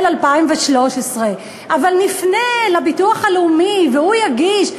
2013. אבל נפנה לביטוח הלאומי והוא יגיש,